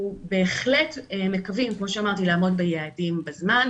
אנחנו בהחלט מקווים לעמוד ביעדים בזמן,